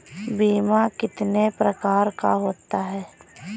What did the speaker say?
बीमा कितने प्रकार का होता है?